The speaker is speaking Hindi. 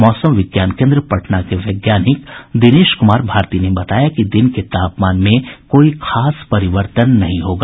मौसम विज्ञान केन्द्र पटना के वैज्ञानिक दिनेश कुमार भारती ने बताया कि दिन के तापमान में कोई खास परिवर्तन नहीं होगा